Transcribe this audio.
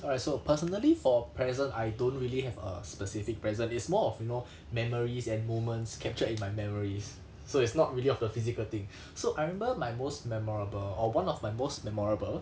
alright so personally for present I don't really have a specific present it's more of you know memories and moments captured in my memories so it's not really of the physical thing so I remember my most memorable or one of my most memorable